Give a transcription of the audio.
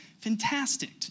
fantastic